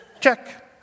Check